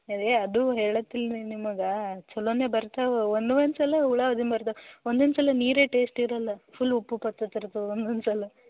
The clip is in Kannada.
ರೇ ಅದು ಹೇಳಾತ್ತಿಲ್ಲ ರೀ ನಿಮಗೆ ಚಲೋನೆ ಬರ್ತಾವೆ ಒಂದ್ ಒಂದ್ ಸಲ ಹುಳ ಅದನ್ನ ಬರ್ದು ಒಂದೊಂದ್ ಸಲ ನೀರೇ ಟೇಸ್ಟ್ ಇರೋಲ್ಲ ಫುಲ್ ಉಪ್ಪು ಉಪ್ಪು ಇರ್ತಾವೆ ಒಂದ್ ಒಂದ್ ಸಲ